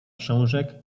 książek